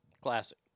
classic